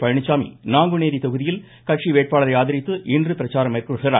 பழனிச்சாமி நாங்குநேரி தொகுதியில் கட்சி வேட்பாளரை ஆதரித்து இன்று பிரச்சாரம் மேற்கொள்கிறார்